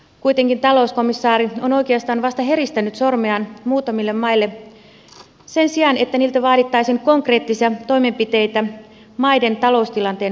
kuitenkin talouskomissaari on oikeastaan vasta heristänyt sormeaan muutamille maille sen sijaan että niiltä vaadittaisiin konkreettisia toimenpiteitä taloustilanteen vakauttamiseksi